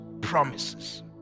promises